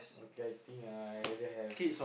okay I think ah I rather have